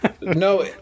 No